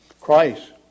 Christ